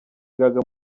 gaga